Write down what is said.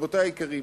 רבותי היקרים,